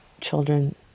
children